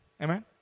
Amen